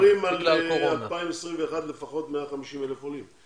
אבל מדברים על לפחות 150,000 עולים ב-2021.